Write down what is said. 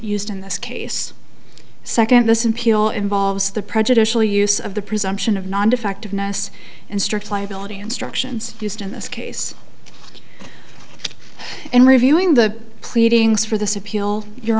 used in this case second this in peel involves the prejudicial use of the presumption of non defective ness and strict liability instructions used in this case in reviewing the pleadings for this appeal your